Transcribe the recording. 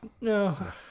No